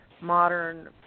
modern